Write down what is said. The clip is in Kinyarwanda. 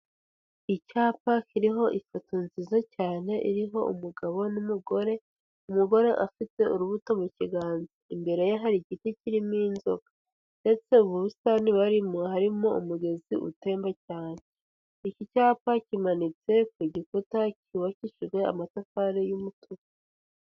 Icyapa kiriho ifoto nziza cyane iriho umugabo n'umugore umugore afite urubuto mu kiganza, imbere ye hari igiti kirimo inzoka, ndetse ubu busitani barimo harimo umugezi utemba cyane, iki cyapa kimanitse ku gikuta cyubakishijwe amatafari y'umutuku.